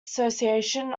association